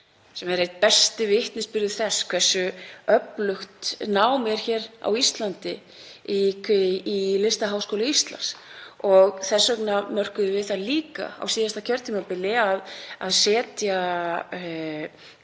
sem er einn besti vitnisburður þess hversu öflugt nám er hér á Íslandi, í Listaháskóla Íslands — þess vegna ákváðum við líka á síðasta kjörtímabili að færa